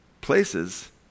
places